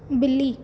ਬਿੱਲੀ